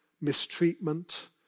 mistreatment